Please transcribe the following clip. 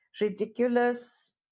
ridiculous